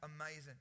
amazing